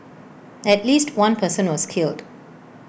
at least one person was killed